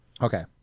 Okay